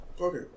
Okay